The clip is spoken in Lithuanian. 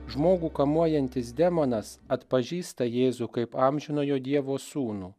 žmogų kamuojantis demonas atpažįsta jėzų kaip amžinojo dievo sūnų